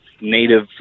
native